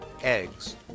eggs